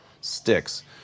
sticks